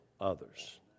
others